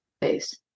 base